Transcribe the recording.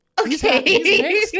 Okay